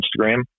Instagram